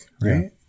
Right